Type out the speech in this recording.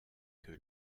que